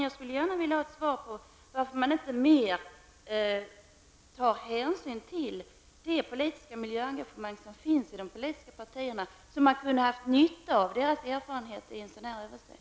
Jag skulle gärna vilja ha svar på varför man inte tar hänsyn till det politiska miljöengagemang som finns i de politiska partierna. Man skulle kunna ha nytta av den erfarenheten i en sådan översyn.